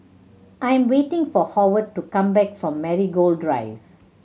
I am waiting for Howard to come back from Marigold Drive